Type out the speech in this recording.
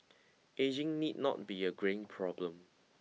ageing need not be a greying problem